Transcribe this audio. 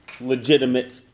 legitimate